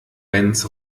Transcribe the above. benz